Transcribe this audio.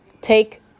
take